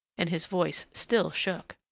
and his voice still shook.